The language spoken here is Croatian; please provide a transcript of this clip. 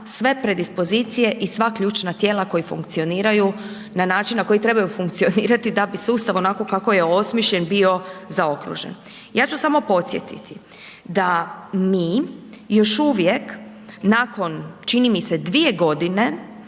sve predispozicije i sva ključna tijela koja funkcioniraju na način na koji trebaju funkcionirati da bi se Ustav onako kako je osmišljen bio, zaokruži. Ja ću samo podsjetiti da mi još uvijek nakon čini mi se, 2 g.